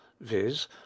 viz